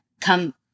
come